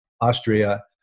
Austria